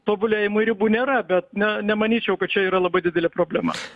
tobulėjimui ribų nėra bet na nemanyčiau kad čia yra labai didelė problema